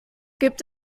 gibt